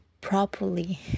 properly